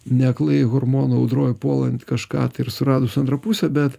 neaklai hormonų audroj puolant kažką tai ir suradus antrą pusę bet